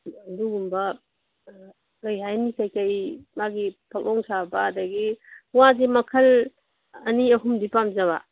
ꯑꯗꯨꯒꯨꯝꯕ ꯀꯔꯤ ꯍꯥꯏꯅꯤ ꯀꯔꯤ ꯀꯔꯤ ꯃꯥꯒꯤ ꯐꯛꯂꯣꯡ ꯁꯥꯕ ꯑꯗꯒꯤ ꯋꯥꯁꯤ ꯃꯈꯜ ꯑꯅꯤ ꯑꯍꯨꯝꯗꯤ ꯄꯥꯝꯖꯕ